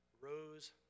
rose